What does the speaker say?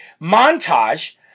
montage